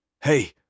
Hey